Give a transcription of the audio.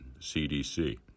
CDC